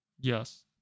Yes